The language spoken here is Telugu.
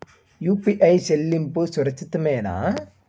యూ.పీ.ఐ చెల్లింపు సురక్షితమేనా?